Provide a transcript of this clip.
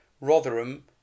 Rotherham